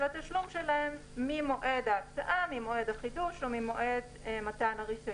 התשלום שלהם החל מרגע ההקצאה או החידוש וממתן הרישיון.